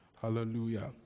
Hallelujah